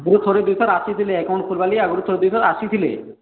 ଆଗରୁ ଥରେ ଦୁଇଥର୍ ଆସିଥିଲେ ଏକାଉଣ୍ଟ ଖୋଲ୍ବାର ଲାଗି ଆଗରୁ ଥରେ ଦୁଇଥର ଆସିଥିଲେ